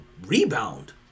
rebound